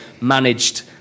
managed